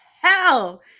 hell